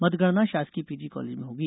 मतगणना शासकीय PG college में होगी